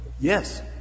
Yes